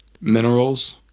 minerals